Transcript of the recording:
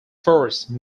force